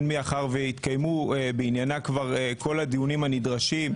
הן מאחר שהתקיימו בעניינה כל הדיונים הדרושים,